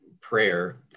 prayer